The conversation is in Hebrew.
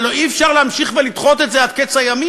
הלוא אי-אפשר להמשיך לדחות את זה עד קץ הימים.